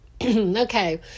Okay